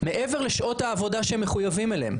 מעבר לשעות העבודה שהם מחויבים אליהן,